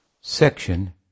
section